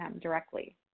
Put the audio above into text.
directly